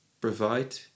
provide